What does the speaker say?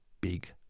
big